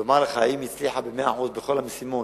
לומר לך אם היא הצליחה במאה אחוז בכל המשימות,